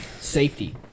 Safety